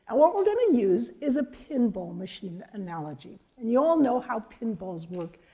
and what we're going to use is a pinball machine analogy. and you all know how pinballs work.